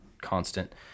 constant